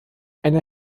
einer